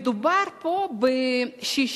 מדובר פה ב-60,000,